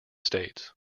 states